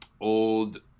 old